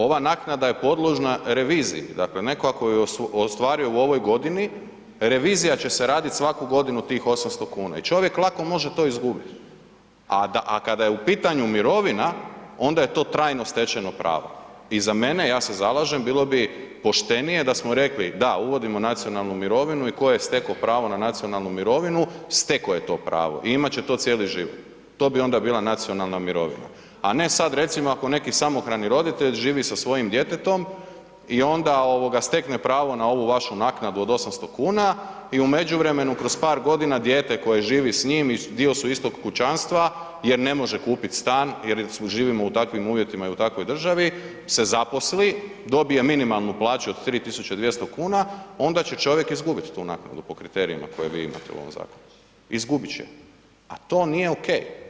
Ova naknada je podložna reviziji, dakle neko ako ju je ostvario u ovoj godini, revizija će se radit svaku godinu tih 800 kn i čovjek lako može to izgubit a kada je u pitanju mirovina, onda je to trajno stečeno pravo i za mene, ja se zalažem, bilo bi poštenije da smo rekli da, uvodimo nacionalnu mirovinu i ko j stekao pravo na nacionalnu mirovinu, stekao je to pravo i imat će to cijeli život, to bi onda bila nacionalna mirovina a ne sad recimo ako neki samohrani roditelj živi sa svojim djetetom i onda stekne pravo na ovu našu naknadu od 800 kn i u međuvremenu kroz par godina dijete koje živi s njim i dio su istog kućanstva jer ne može kupit stan jer živimo u takvim uvjetima i u takvoj državi se zaposli, dobije minimalnu plaću od 3200 kn, onda će čovjek izgubit tu naknadu po kriterijima koje vi imate u ovom zakonu, izgubit će je a to nije ok.